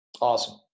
Awesome